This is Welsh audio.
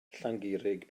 llangurig